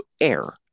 air